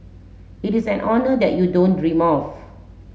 it is an honour that you don't dream of